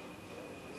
חוק